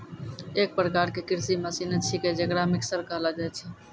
एक प्रकार क कृषि मसीने छिकै जेकरा मिक्सर कहलो जाय छै